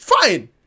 fine